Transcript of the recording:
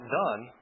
done